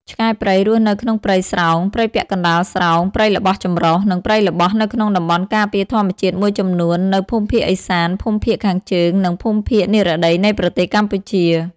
ឆ្កែព្រៃរស់នៅក្នុងព្រៃស្រោង ព្រៃពាក់កណ្តាលស្រោង ព្រៃល្បោះចម្រុះ និងព្រៃល្បោះនៅក្នុងតំបន់ការពារធម្មជាតិមួយចំនួននៅភូមិភាគឦសាន ភូមិភាគខាងជើង និងភូមិភាគនិរតី នៃប្រទេសកម្ពុជា។